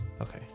okay